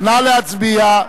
נא להצביע.